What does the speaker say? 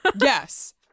yes